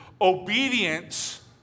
obedience